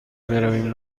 برویم